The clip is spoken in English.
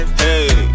hey